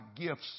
gifts